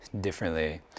differently